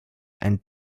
and